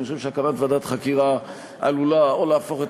אני חושב שהקמת ועדת חקירה עלולה להפוך את